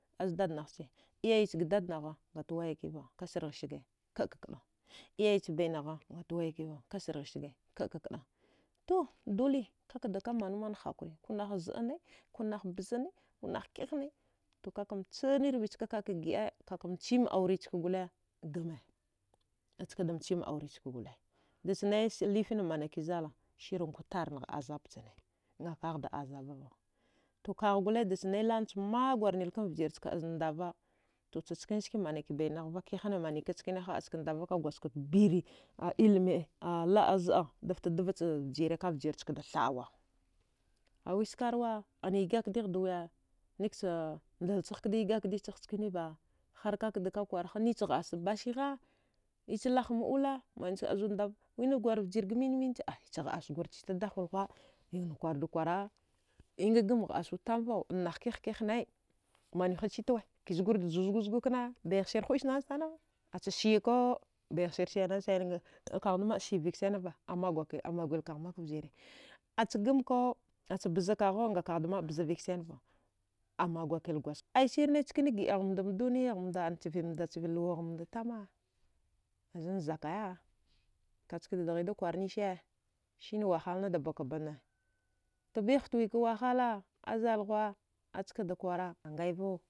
Azdadnaghche iyaye chga dadnagha ngat wayakiva kasarghi saga kaəa kəa iyayech bainagha atwayakiva sarghi saga kaəka kəa to goli kakada ka manumanhakure kunah zəane konah bzane konah kihane to kaka mchani rvichka kaka gidaya mchim aure chka gole gama achkada mchim aurechka gole dadanai lifina manaki zala sirankwa tarngha zabchane kaghda azabava to ghag gole daicha nai laɗnacha maguwarnilkan vjir chka azud ndava chachkansake manakibainaghva kihana manika chkaneha azkandava ka gwadjgaft biri a ilmi a la zəa dafta dvacha vjire kavjirchkada tha. awa awi skarwa ana yigakdigh dwe nikcha ndalchagh kda yigakda yigakdi chagh chkaniba harkakda kwakwaraha nichghəascha basigha nich lahamɗula maniwska azudndava wani gur vjirga minminche ai chaghəasgurchi dahuwil ghuwa nikna kwarwud kwara ingagam ghɗaswudtavau anah kihakihanai manwiha chitawe kizgurda ju zgazguwa kna bayaghsir həiskunan sanau acha siyakau akaghdama siya vəaiksaniva amaguwakil amaguilkagh maka vjire achagamko achabzakau akaghdamaə bza vəiksaniva amagwakil gwadjgafta aisirni chkini giəaghmda mduniyaghamda chvinda chviluwaghmda tama zanzakaya kachkada dghida kwarnise sine wahalnada bakabane to bighftawika wahala azalghuwa askada kwara ngaivo